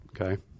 Okay